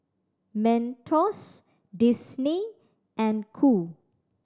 Mentos Disney and Qoo